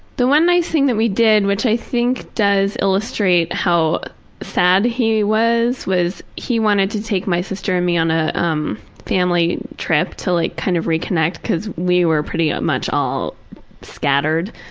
the one nice thing that we did, which i think does illustrate how sad he was, was he wanted to take my sister and me on a um family trip to like kind of reconnect because we were pretty much all scattered.